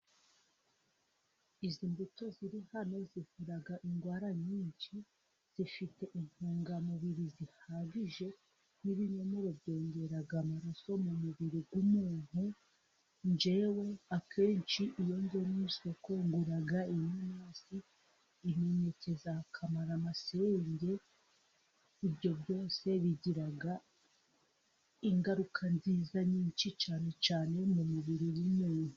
Izi mbuto ziri hano zivura indwara nyinshi, zifite intungamubiri zihagije, n'ibinyomoro byongeraga amaraso mu mubiri w'umuntu, yjewe akenshi iyo njye mu isoko ngura inanasi, imineke ya kamaramasenge, ibyo byose bigira ingaruka nziza nyinshi cyane cyane mu mubiri w'umuntu.